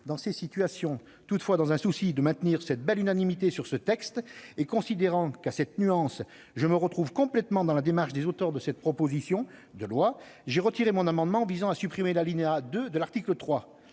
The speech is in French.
dans ces situations. Toutefois, dans un souci de maintenir cette belle unanimité sur ce texte et me retrouvant, à cette nuance près, complètement dans la démarche des auteurs de cette proposition de loi, j'ai retiré mon amendement visant à supprimer l'alinéa 2 de l'article 3.